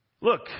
Look